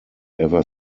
ever